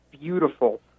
beautiful